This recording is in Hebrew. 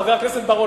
חבר הכנסת בר-און,